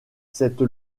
cette